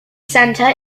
center